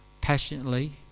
passionately